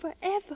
forever